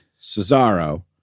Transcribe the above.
Cesaro